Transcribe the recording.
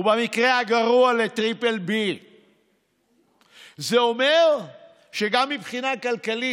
ובמקרה הגרוע לטריפל B. זה אומר שגם מבחינה כלכלית